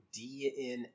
DNA